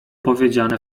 powiedziane